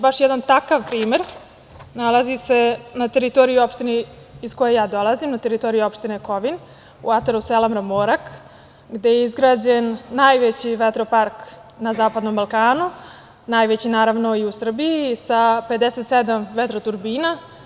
Baš jedan takav primer nalazi se na teritoriji opštine iz koje ja dolazim, na teritoriji opštine Kovin u ataru sela Mramorak, gde je izgrađen najveći vetropark na zapadnom Balkanu, najveći naravno, i u Srbiji i sa 57 vetroturbina.